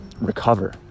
recover